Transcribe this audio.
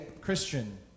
Christian